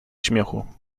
śmiechu